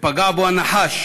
ופגע בו הנחש,